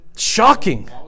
shocking